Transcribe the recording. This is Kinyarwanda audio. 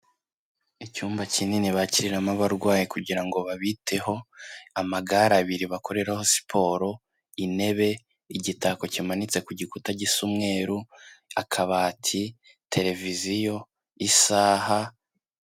Icyumba kinini bakiramo abarwayi kugira ngo babiteho, amagare abiri bakoreraho siporo, intebe, igitako kimanitse ku gikuta gisa umweru, akabati, televiziyo, isaha.